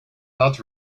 not